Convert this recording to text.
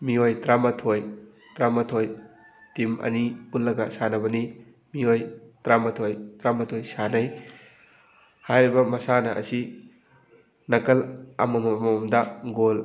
ꯃꯤꯑꯣꯏ ꯇꯔꯥꯃꯥꯊꯣꯏ ꯇꯔꯥꯃꯥꯊꯣꯏ ꯇꯤꯝ ꯑꯅꯤ ꯄꯨꯜꯂꯒ ꯁꯥꯟꯅꯕꯅꯤ ꯃꯤꯑꯣꯏ ꯇꯔꯥꯃꯥꯊꯣꯏ ꯇꯔꯥꯃꯥꯊꯣꯏ ꯁꯥꯟꯅꯩ ꯍꯥꯏꯔꯤꯕ ꯃꯁꯥꯟꯅ ꯑꯁꯤ ꯅꯥꯀꯜ ꯑꯃꯃꯝꯗ ꯒꯣꯜ